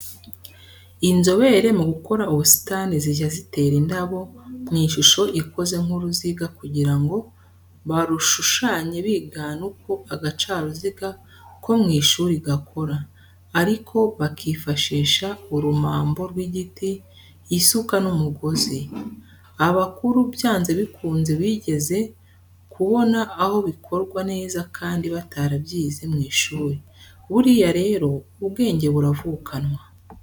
Inzobere mu gukora ubusitani zijya zitera indabo mu ishusho ikoze nk'uruziga kugira ngo barushushanye bigana uko agacaruziga ko mu ishuri gakora, ariko bakifashisha urumambo rw'igiti, isuka n'umugozi. Abakuru byanze bikunze bigeze kubona aho bikorwa neza kandi batarabyize mu ishuri, buriya rero ubwenge buravukanwa.